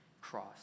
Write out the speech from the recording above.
cross